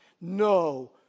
No